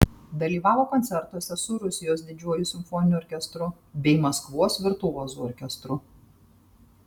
dalyvavo koncertuose su rusijos didžiuoju simfoniniu orkestru bei maskvos virtuozų orkestru